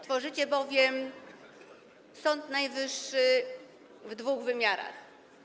Tworzycie bowiem Sąd Najwyższy w dwóch wymiarach.